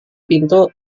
pintu